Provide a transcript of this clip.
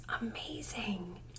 amazing